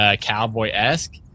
cowboy-esque